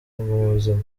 buzima